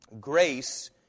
Grace